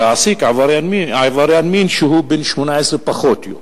להעסיק עבריין מין שהוא בן 18 פחות יום.